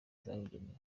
zabugenewe